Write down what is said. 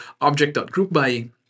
object.groupby